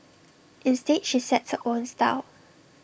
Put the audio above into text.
instead she sets her own style